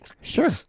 Sure